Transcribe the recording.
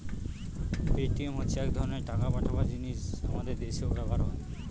Paytm হচ্ছে এক ধরনের টাকা পাঠাবার জিনিস আমাদের দেশেও ব্যবহার হয়